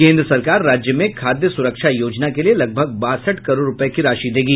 केन्द्र सरकार राज्य में खाद्य सुरक्षा योजना के लिए लगभग बासठ करोड़ रूपये की राशि देगा